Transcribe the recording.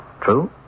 True